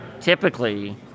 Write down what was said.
typically